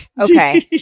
Okay